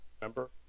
remember